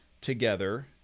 together